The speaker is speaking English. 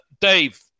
Dave